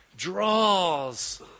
Draws